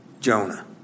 Jonah